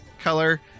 color